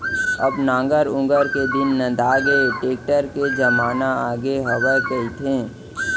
अब नांगर ऊंगर के दिन नंदागे, टेक्टर के जमाना आगे हवय कहिथें